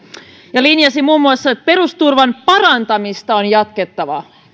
ja linjasi muun muassa että perusturvan parantamista on jatkettava